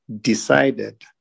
decided